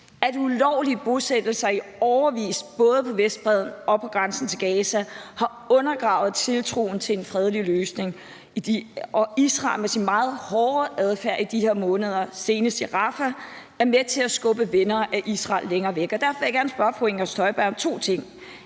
at ulovlige bosættelser i årevis, både på Vestbredden og på grænsen til Gaza, har undergravet tiltroen til en fredelig løsning, og at Israel med sin meget hårde adfærd i de her måneder, senest i Rafah, er med til at skubbe venner af Israel længere væk. Derfor vil jeg gerne spørge fru Inger